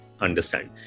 understand